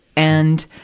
and,